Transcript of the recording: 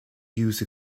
used